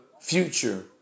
future